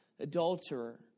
adulterer